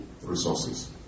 resources